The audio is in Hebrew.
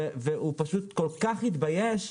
הוא כל כך מתבייש,